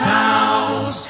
house